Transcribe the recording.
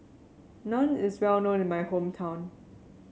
naan is well known in my hometown